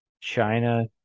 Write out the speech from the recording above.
China